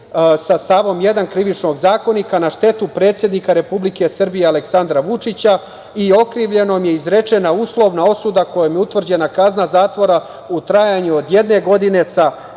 sa stavom 1. Krivičnog zakona na štetu predsednika Republike Srbije Aleksandra Vučića i okrivljenom je izrečena uslovna osuda kojom je utvrđena kazna zatvora u trajanju od jedne godine sa